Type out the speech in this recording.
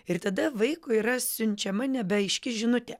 ir tada vaikui yra siunčiama nebeaiški žinutė